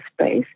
space